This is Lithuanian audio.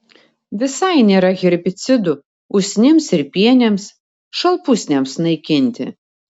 visai nėra herbicidų usnims ir pienėms šalpusniams naikinti